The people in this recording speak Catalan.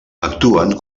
actuen